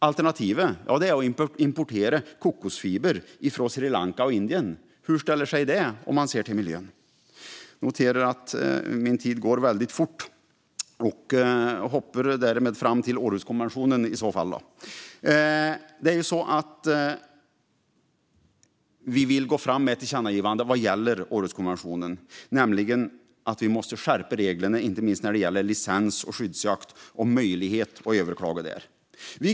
Alternativet är att importera kokosfiber från Sri Lanka och Indien. Hur bra är det för miljön? Så till Århuskonventionen. Här föreslår vi ett tillkännagivande om att reglerna måste skärpas, inte minst när det gäller licens och skyddsjakt.